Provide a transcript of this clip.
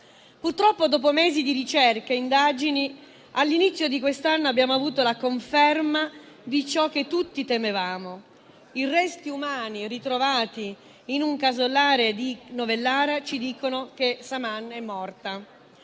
Purtroppo, dopo mesi di ricerche e indagini, all'inizio di quest'anno abbiamo avuto la conferma di ciò che tutti temevamo: i resti umani ritrovati in un casolare di Novellara ci dicono che Saman è morta.